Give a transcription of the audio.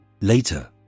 Later